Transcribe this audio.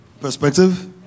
Perspective